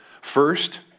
First